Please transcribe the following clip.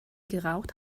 geraucht